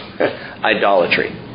idolatry